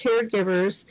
caregivers